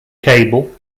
cable